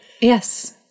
Yes